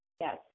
Yes